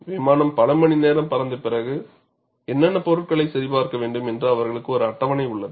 விமானம் பல மணிநேரம் பறந்த பிறகு என்னென்ன பொருட்களை சரி பார்க்க வேண்டும் என்று அவர்களுக்கு ஒரு அட்டவணை உள்ளது